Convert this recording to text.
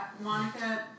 Monica